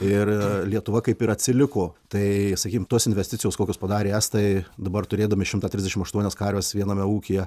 ir lietuva kaip ir atsiliko tai sakykim tos investicijos kokias padarė estai dabar turėdami šimtą trisdešimt aštuonias karves viename ūkyje